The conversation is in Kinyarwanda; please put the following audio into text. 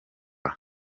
kaba